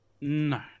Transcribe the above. No